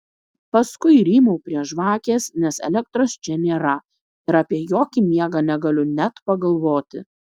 paskui rymau prie žvakės nes elektros čia nėra ir apie jokį miegą negaliu net pagalvoti